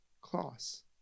class